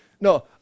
No